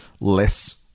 less